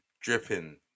dripping